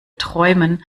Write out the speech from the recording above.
träumen